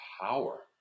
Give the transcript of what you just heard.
power